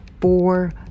four